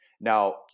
Now